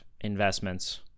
investments